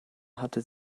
hatte